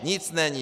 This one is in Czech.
Nic není.